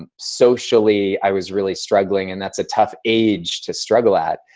um socially, i was really struggling. and that's a tough age to struggle at,